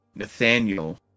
Nathaniel